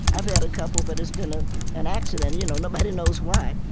i've had a couple, but it's been ah an accident you know nobody knows why.